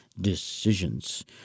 decisions